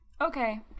Okay